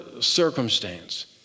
circumstance